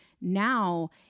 now